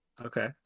okay